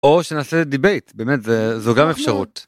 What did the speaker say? או שנעשה דיבייט באמת זו גם אפשרות.